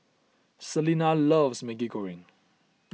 Celena loves Maggi Goreng